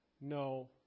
No